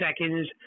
seconds